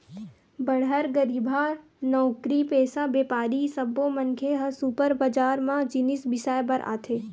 बड़हर, गरीबहा, नउकरीपेसा, बेपारी सब्बो मनखे ह सुपर बजार म जिनिस बिसाए बर आथे